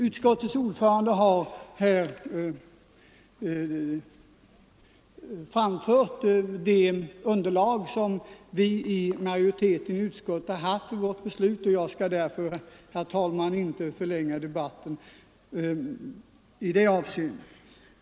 Utskottets ordförande har här presenterat det underlag vi i majoriteten har haft för vårt beslut. Jag skall därför inte, herr talman, förlänga debatten i det avseendet.